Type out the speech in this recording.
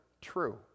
true